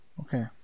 Okay